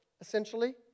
essentially